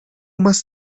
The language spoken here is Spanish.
más